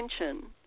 attention